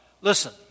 Listen